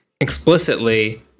explicitly